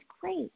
great